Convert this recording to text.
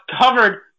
covered